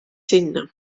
sinna